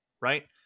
right